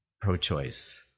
pro-choice